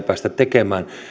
päästä tekemään